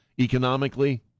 economically